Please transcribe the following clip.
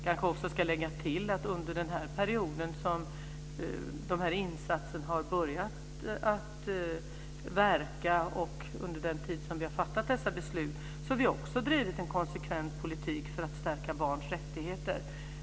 Jag vill tillägga att under den period som insatserna har börjat ge effekt och under den tid som vi har fattat dessa beslut har vi också drivit en konsekvent politik för att stärka barns rättigheter.